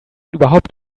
überhaupt